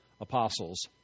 apostles